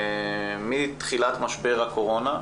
מתחילת משבר הקורונה,